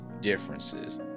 differences